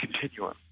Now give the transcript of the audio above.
continuum